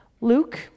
Luke